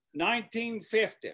1950